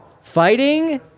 Fighting